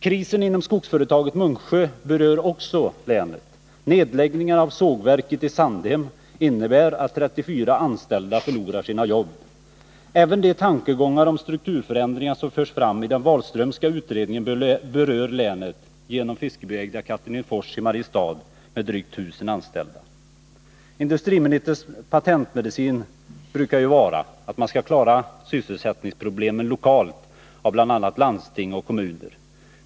Krisen inom skogsföretaget Munksjö berör också länet. Nedläggningen av sågverket i Sandhem innebär att 34 anställda förlorar sina jobb. Även de tankegångar om strukturförändringar som förs fram i den Wahlströmska utredningen berör länet genom Fiskebyägda Katrinefors i Mariestad med drygt 1000 anställda. Industriministerns patentmedicin brukar ju vara att man skall klara sysselsättningsproblemen lokalt genom bl.a. landsting och kommuner.